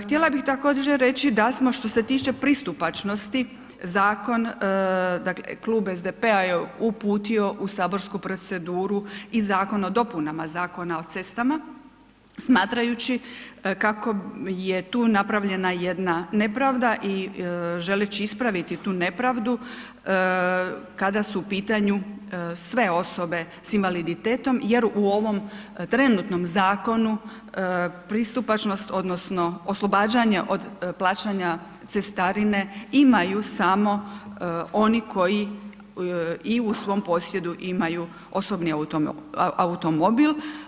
Htjela bih također reći da smo što se tiče pristupačnosti zakon, dakle Klub SDP-a je uputio u saborsku proceduru i Zakon o dopunama Zakona o cestama, smatrajući kako je tu napravljena jedna nepravda i želeći ispraviti tu nepravdu kada su u pitanju sve osobe sa invaliditetom jer u ovom trenutnom zakonu pristupačnost, odnosno oslobađanje od plaćanja cestarine imaju samo oni koji i u svom posjedu imaju osobni automobil.